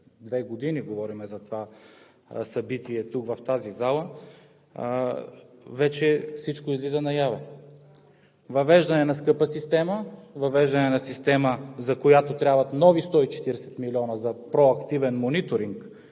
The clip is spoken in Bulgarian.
две години говорим за това събитие тук в тази зала, вече всичко излиза наяве: въвеждане на скъпа система, въвеждане на система, за която трябват нови 140 милиона за проактивен мониторинг